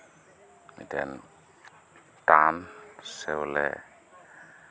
ᱢᱤᱫᱴᱟᱱ ᱴᱟᱱ ᱥᱮ ᱵᱚᱞᱮ